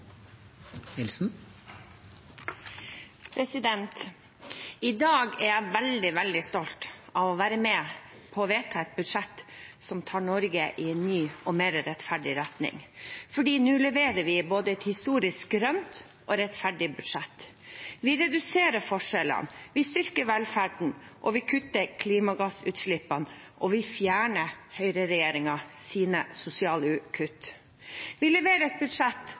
jeg veldig, veldig stolt av å være med på å vedta et budsjett som tar Norge i en ny og mer rettferdig retning, for nå leverer vi både et historisk grønt og rettferdig budsjett. Vi reduserer forskjellene, vi styrker velferden, vi kutter klimagassutslippene, og vi fjerner høyreregjeringens usosiale kutt. Vi leverer et budsjett